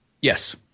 Yes